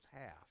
half